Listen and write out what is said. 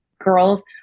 girls